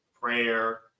prayer